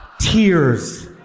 Tears